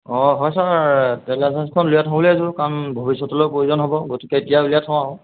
অঁ হয় sir trade লাইচেঞ্চখন উলিয়াই থওঁ বুলি ভাবিছোঁ কাৰণ ভৱিষ্যতলৈয়ো প্ৰয়োজন হ'ব গতিকে এতিয়াই উলিয়াই থওঁ আৰু